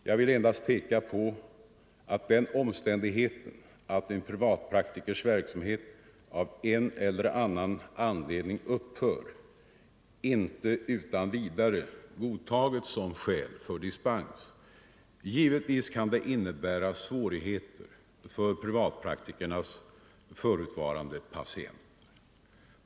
Jag vill endast peka på att den omständigheten att en privatpraktikers verksamhet av en eller annan anledning upphör inte utan vidare godtages som skäl för dispens. Givetvis kan det innebära svårigheter för privatpraktikernas förutvarande patienter.